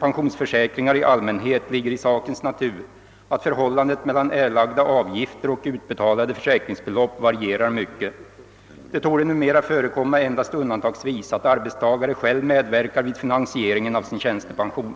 pensionsförsäkringar i allmänhet ligger i sakens natur att förhållandet mellan erlagda avgifter och utbetalade försäkringsbelopp varierar mycket. Det torde numera förekomma endast undantagsvis att arbetstagare själv medverkar vid finansieringen av sin tjänstepension.